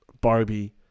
barbie